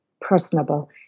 personable